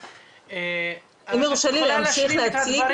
אם יורשה לי להמשיך להציג?